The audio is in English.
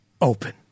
open